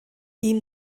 ihm